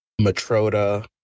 Matroda